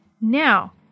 Now